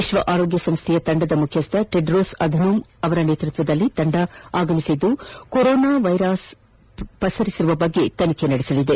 ವಿಶ್ವ ಆರೋಗ್ಯ ಸಂಸ್ಥೆಯ ತಂಡದ ಮುಖ್ಚಿಸ್ಟ ಟೆಡ್ರೋಸ್ ಅಧನೋಮ್ ಗೇಬ್ರಿಯಸ್ಯಸ್ ಅವರ ನೇತೃತ್ವದಲ್ಲಿ ತಂಡವು ಆಗಮಿಸಿದ್ದು ಕೊರೋನಾ ವೈರಸ್ ಪಸರಿಸಿರುವ ಬಗ್ಗೆ ತನಿಖೆ ನಡೆಸಲಿದೆ